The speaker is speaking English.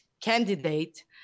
candidate